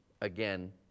again